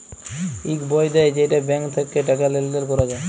ইক বই দেয় যেইটা ব্যাঙ্ক থাক্যে টাকা লেলদেল ক্যরা যায়